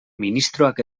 ministroak